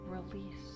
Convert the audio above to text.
release